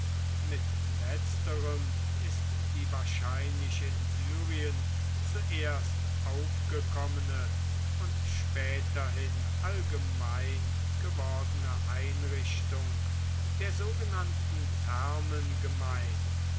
mit letzterem ist die wahrscheinlich in syrien zuerst aufgekommene und späterhin allgemein gewordene einrichtung der sogenannten thermen gemeint